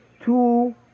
two